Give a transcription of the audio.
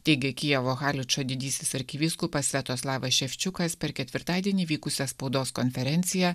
teigia kijevo haličo didysis arkivyskupas sviatoslavas ševščiukas per ketvirtadienį vykusią spaudos konferenciją